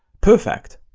perfect.